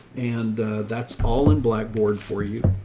and that's all in blackboard for you.